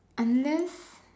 unless